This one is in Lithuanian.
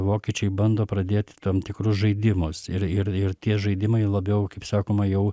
vokiečiai bando pradėti tam tikrus žaidimus ir ir ir tie žaidimai labiau kaip sakoma jau